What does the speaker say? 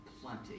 plenty